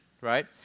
right